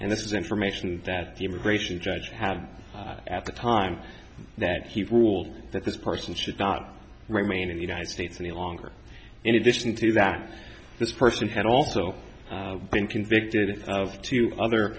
and this is information that the immigration judge have at the time that he ruled that this person should not remain in the united states any longer in addition to that this person had also been convicted of two other